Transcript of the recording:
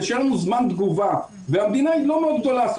שיהיה לנו זמן תגובה והמדינה לא גדולה,